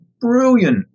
brilliant